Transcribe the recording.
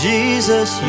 Jesus